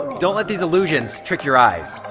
don't let these illusions trick your eyes.